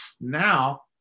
Now